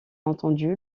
entendu